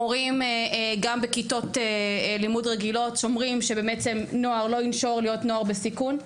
מורים בכיתות לימוד רגילות שומרים בעצם שנוער לא ינשור להיות בסיכון.